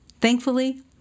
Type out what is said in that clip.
Thankfully